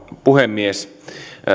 puhemies